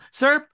sir